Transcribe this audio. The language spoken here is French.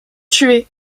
tué